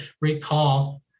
recall